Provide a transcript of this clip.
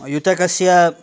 युतकस्य